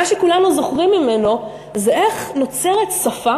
מה שכולנו זוכרים ממנו זה איך נוצרת שפה